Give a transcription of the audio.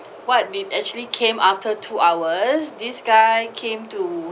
what did actually came after two hours this guy came to